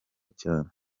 cyane